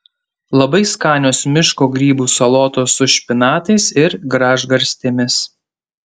labai skanios miško grybų salotos su špinatais ir gražgarstėmis